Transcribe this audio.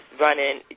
running